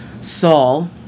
Saul